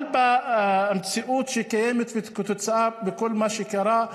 אבל במציאות שקיימת וכתוצאה מכל מה שקרה,